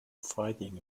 fighting